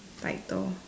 white door